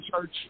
church